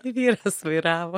tai vyras vairavo